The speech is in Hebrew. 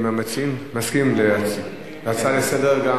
המציעים, מסכימים להצעה לסדר-היום?